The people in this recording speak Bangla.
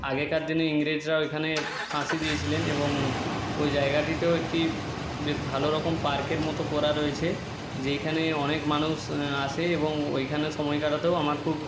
আগেকার দিনে ইংরেজরা ওইখানে ফাঁসি দিয়েছিলেন এবং ওই জায়গাটিতেও একটি বেশ ভালো রকম পার্কের মতো করা রয়েছে যেইখানে অনেক মানুষ আসে এবং ওইখানে সময় কাটাতেও আমার খুব